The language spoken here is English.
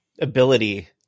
ability